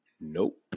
Nope